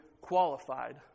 qualified